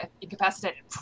incapacitated